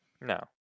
No